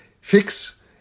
fix